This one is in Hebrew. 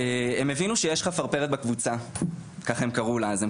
הם הבינו שיש חפרפרת בקבוצה, ככה הם קראו לזה.